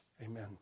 Amen